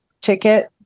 ticket